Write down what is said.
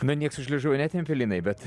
na nieks už liežuvio netempė linai bet